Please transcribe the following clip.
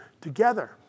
together